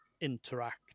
interact